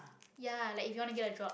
ya like if you wanna get a job